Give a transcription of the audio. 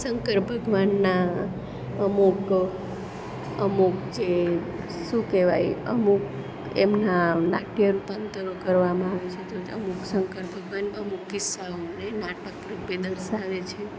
શંકર ભગવાનનાં અમુક અમુક જે શું કહેવાય અમુક એમના નાટ્ય રૂપાંતરો કરવામાં આવે છે તો અમુક શંકર ભગવાન અમુક કિસ્સાઓને નાટક રૂપે દર્શાવે છે